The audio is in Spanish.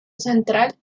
central